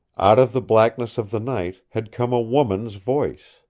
out of the blackness of the night had come a woman's voice!